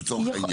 לצורך העניין.